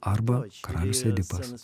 arba karalius edipas